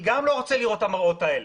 גם אני לא רוצה לראות את המראות האלה,